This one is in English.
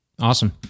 Awesome